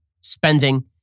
spending